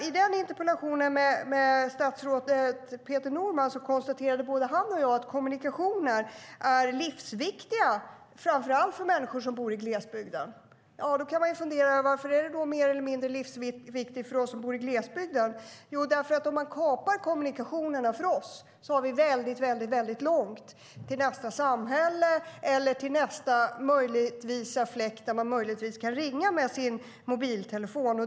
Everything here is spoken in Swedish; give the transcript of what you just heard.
I interpellationsdebatten med statsrådet Peter Norman konstaterade både han och jag att kommunikationer är livsviktiga, framför allt för människor som bor i glesbygden. Då kan man fundera över varför det är mer eller mindre livsviktigt för oss som bor i glesbygden. Jo, därför att om man kapar kommunikationerna för oss har vi väldigt långt till nästa samhälle eller till nästa fläck där man möjligtvis kan ringa med sin mobiltelefon.